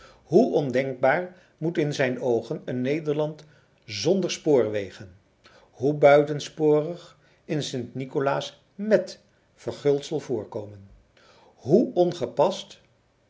hoe ondenkbaar moet in zijn oogen een nederland zonder spoorwegen hoe buitensporig een sint nicolaas met verguldsel voorkomen hoe ongepast